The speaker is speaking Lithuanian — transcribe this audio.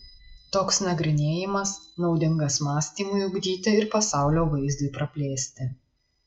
toks nagrinėjimas naudingas mąstymui ugdyti ir pasaulio vaizdui praplėsti